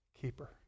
keeper